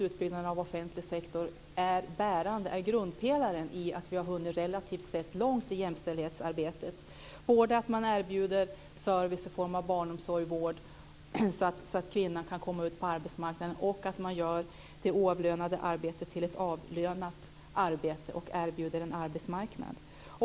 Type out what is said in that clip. Utbyggnaden av den offentliga sektorn är ju grundpelaren när det gäller att vi har hunnit relativt sett långt i jämställdhetsarbetet. Det gäller både att man erbjuder service i form av barnomsorg och vård, så att kvinnorna kan komma ut på arbetsmarknaden, och att man gör det oavlönade arbetet till ett avlönat arbete och erbjuder en arbetsmarknad.